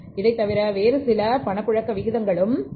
இதை தவிர வேறு சில பணப்புழக்க விகிதங்களும் உள்ளன